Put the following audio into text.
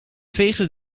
veegde